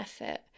effort